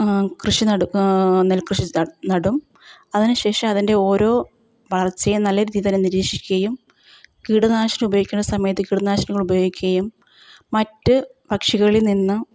കൃഷി നടും നെൽകൃഷി നടും അതിനുശേഷം അതിൻ്റെ ഓരോ വളർച്ചയും നല്ല രീതിയിൽ തന്നെ നിരീക്ഷിക്കുകയും കീടനാശിനി ഉപയോഗിക്കേണ്ട സമയത്ത് കീടനാശിനികൾ ഉപയോഗിക്കുകയും മറ്റ് പക്ഷികളിൽ നിന്ന്